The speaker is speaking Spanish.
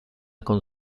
con